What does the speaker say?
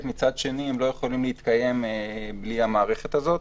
ומצד שני הם לא יכולים להתקיים בלי המערכת הזאת.